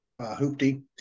Hoopty